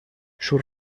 sus